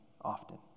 often